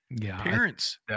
Parents